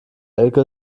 elke